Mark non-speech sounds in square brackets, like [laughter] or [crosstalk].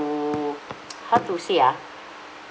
[noise] how to say ah